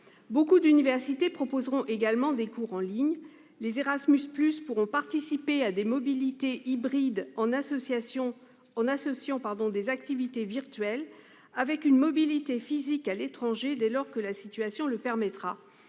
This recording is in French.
nombreuses universités proposeront également des cours en ligne. Les Erasmus+ pourront participer à des mobilités hybrides associant des activités virtuelles avec une mobilité physique à l'étranger dès lors que la situation le permettra.